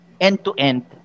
end-to-end